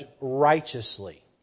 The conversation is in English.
righteously